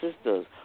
sisters